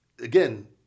again